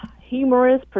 Humorous